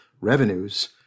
revenues